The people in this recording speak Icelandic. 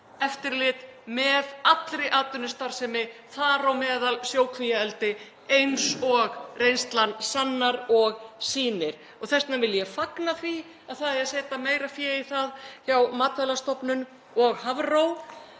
eftirlit með allri atvinnustarfsemi, þar á meðal sjókvíaeldi eins og reynslan sannar og sýnir. Þess vegna vil ég fagna því að það eigi að setja meira fé í það hjá Matvælastofnun og Hafró.